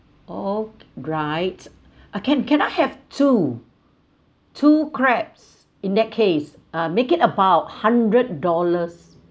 alright ah can can I have two two crabs in that case uh make it about hundred dollars